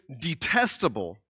detestable